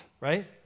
right